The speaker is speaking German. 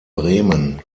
bremen